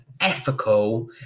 ethical